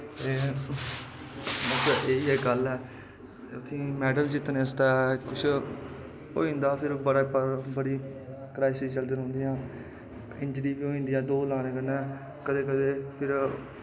ते बाकी ओह् ही गल्ल ऐ उत्थै मैडल जित्तने आस्तै कुछ होई जंदा फिर बड़ी कराईसिस चलदियां रौंह्दियां इंजरी बी होई जंदी कदैं कदैं फिर